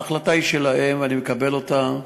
ההחלטה היא שלהם, ואני מקבל אותה.